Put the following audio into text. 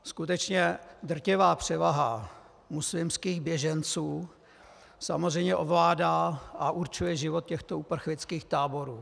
Skutečně drtivá převaha muslimských běženců samozřejmě ovládá a určuje život těchto uprchlických táborů.